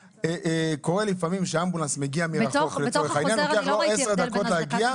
קורה לפעמים שאמבולנס מגיע מרחוק לצורך העניין ולוקח לו עשר דקות להגיע,